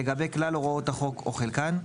לגבי כלל הוראות החוק או חלקן,